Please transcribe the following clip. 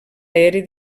aeri